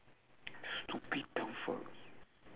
stupid dumb fuck